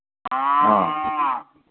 ꯑꯥ